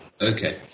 Okay